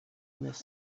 miss